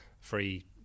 free